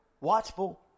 watchful